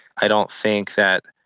i don't think that,